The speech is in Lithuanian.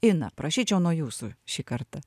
ina prašyčiau nuo jūsų šį kartą